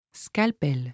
Scalpel